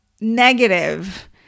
negative